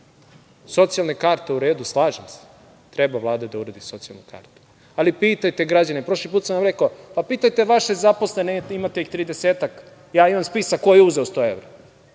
evra. Socijalna karta, u redu slažem se, treba Vlada da uradi socijalnu kartu, ali pitajte građane. Prošli put sam vam rekao – pitajte vaše zaposlene, imate ih tridesetak, ja imam spisak ko je uzeo 100 evra,